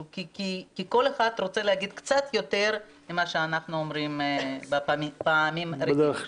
כי כל אחד רוצה להגיד קצת יותר ממה שאנחנו אומרים בדרך כלל.